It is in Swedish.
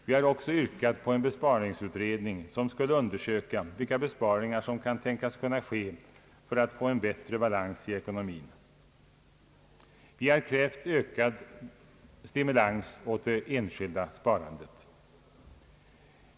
Vi har också yrkat på en besparingsutredning, som skulle undersöka vilka besparingar som kunde tänkas ske för att få en bättre balans i ekonomin. Vi har krävt ökad stimulans åt det enskilda sparandet.